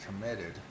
committed